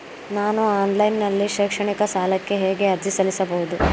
ನಾನು ಆನ್ಲೈನ್ ನಲ್ಲಿ ಶೈಕ್ಷಣಿಕ ಸಾಲಕ್ಕೆ ಹೇಗೆ ಅರ್ಜಿ ಸಲ್ಲಿಸಬಹುದು?